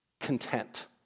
content